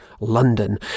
London